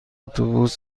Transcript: اتوبوس